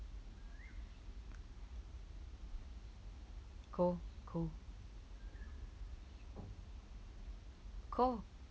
cool cool cool